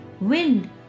Wind